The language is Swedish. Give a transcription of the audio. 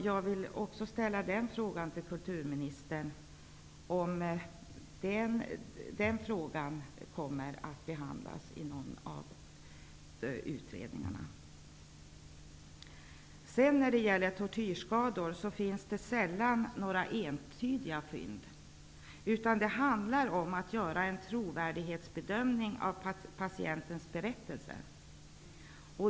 Jag vill fråga kulturministern om den frågan kommer att behandlas i någon av utredningarna. När det gäller tortyrskador vill jag säga att det sällan finns några entydiga fynd; det handlar om att göra en trovärdighetsbedömning av patientens berättelse.